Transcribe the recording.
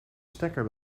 stekker